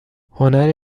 هنری